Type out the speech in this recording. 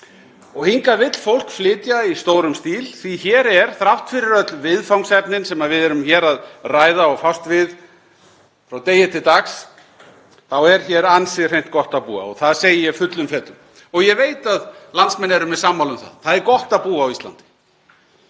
og hingað vill fólk flytja í stórum stíl, því að þrátt fyrir öll viðfangsefnin sem við erum hér að ræða og fást við frá degi til dags, þá er ansi hreint gott að búa hér. Það segi ég fullum fetum og ég veit að landsmenn eru mér sammála um það. Það er gott að búa á Íslandi.